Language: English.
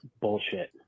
bullshit